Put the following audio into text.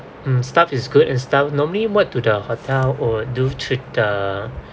mm staff is good and staff normally what do the hotel would do to the